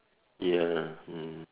yeah mm